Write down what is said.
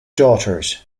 daughters